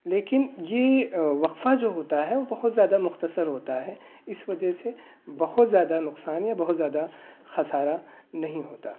لیکن یہ وقفہ جو ہوتا ہے وہ بہت زیادہ مختصر ہوتا ہے اس وجہ سے بہت زیادہ نقصان یا بہت زیادہ خصارہ نہیں ہوتا